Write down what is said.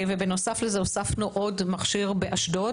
בנוסף לזה הוספנו עוד מכשיר באשדוד,